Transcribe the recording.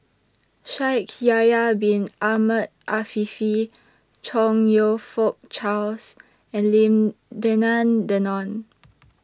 Shaikh Yahya Bin Ahmed Afifi Chong YOU Fook Charles and Lim Denan Denon